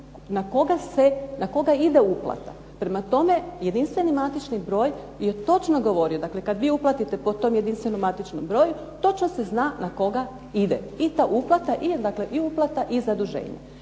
na koga ide uplata. Prema tome, jedinstveni matični broj je točno govorio, dakle kad vi uplatite po tom jedinstvenom matičnom broju točno se zna na koga ide i ta uplata i uplata i zaduženje.